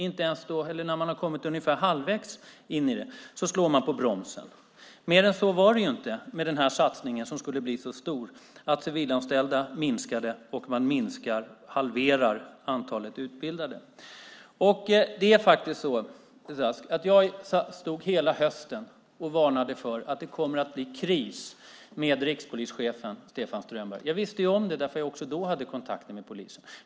Redan nu, när man har kommit ungefär halvvägs, slår man till bromsen. Mer än så var det inte med den satsning som skulle bli stor. Antalet civilanställda minskar, och man halverar antalet utbildade. Det är faktiskt så, Beatrice Ask, att jag hela hösten varnade för att det kommer att bli kris med rikspolischefen Stefan Strömberg. Jag visste om det eftersom jag också då hade kontakter med polisen.